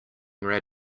getting